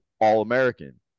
All-American